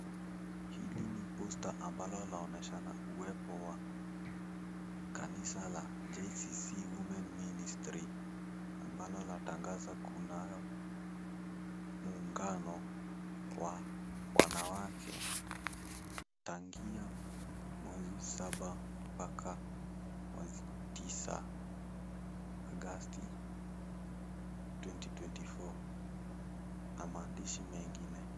Hili ni posta ambalo laonyeshana uwepo wa kanisa la JCC Women Ministry ambalo latangaza kunayo muungano wa wanawake tangia mwezi wa saba mbaka mwezi wa tisa Agosti 2024 na maandishi mengine.